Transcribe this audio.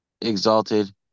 Exalted